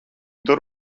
tur